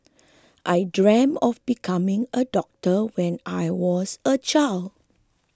I dreamt of becoming a doctor when I was a child